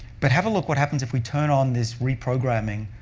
but have a look what happens if we turn on this reprogramming,